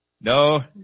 No